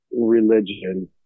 religion